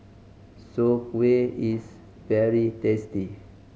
Soon Kueh is very tasty